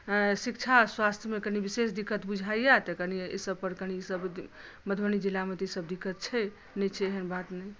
शिक्षा स्वास्थ्यमे कनी विशेष दिक्कत बुझाइया तऽ कनी एहि सब पर कनी मधुबनी जिला मे तऽ ई सब दिक्कत छै नहि छै एहन बात नहि